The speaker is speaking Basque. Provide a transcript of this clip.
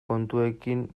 kontuekin